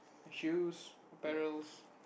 shoes apparels